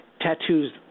tattoos